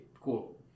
cool